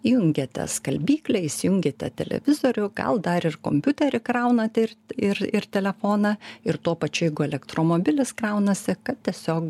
įjungiate skalbyklę įsijungiate televizorių gal dar ir kompiuterį kraunate ir ir ir telefoną ir tuo pačiu jeigu elektromobilis kraunasi kad tiesiog